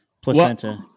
Placenta